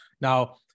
Now